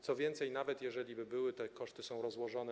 Co więcej, nawet jeżeli byłyby, te koszty są rozłożone.